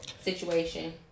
situation